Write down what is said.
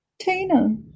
Tina